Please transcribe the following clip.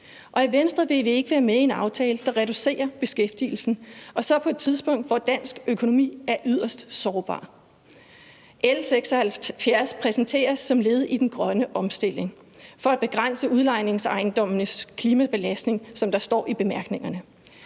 i Venstre vil vi ikke være med i en aftale, der reducerer beskæftigelsen, og så på et tidspunkt, hvor dansk økonomi er yderst sårbar. L 176 præsenteres som led i den grønne omstilling, altså for at begrænse udlejningsejendommenes klimabelastning, som der står i bemærkningerne.